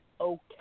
okay